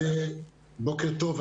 בוקר טוב,